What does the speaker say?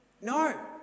No